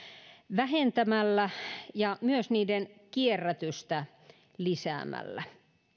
vähentämällä ja myös niiden kierrätystä lisäämällä